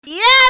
Yes